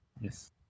Yes